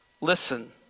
Listen